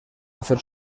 hacer